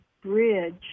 bridge